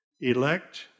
elect